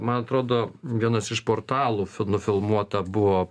man atrodo vienas iš portalų nufilmuota buvo